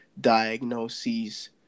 diagnoses